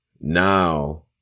Now